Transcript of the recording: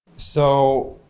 so,